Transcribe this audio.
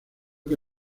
que